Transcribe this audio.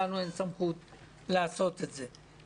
לנו אין סמכות לעשות את זה.